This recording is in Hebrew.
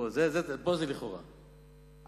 זה לכאורה,